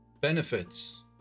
Benefits